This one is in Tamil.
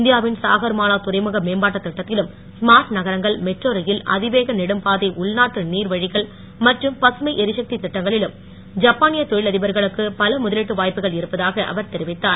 இந்தியா வின் சாகர் மாலா துறைமுக மேம்பாட்டுத் திட்டத்திலும் ஸ்மார்ட் நகரங்கள் மெட்ரோ ரயில் அதிவேக நெடும்பாதை உள்நாட்டு நீர் வரழிகள் மற்றும் பசுமை எரிசக்தித் திட்டங்களிலும் ஜப்பானியத் தொழில் அதிபர்களுக்கு பல முதலீட்டு வாய்ப்புகள் இருப்பதாக அவர் தெரிவித்தார்